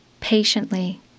patiently